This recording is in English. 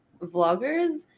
Vloggers